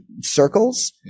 circles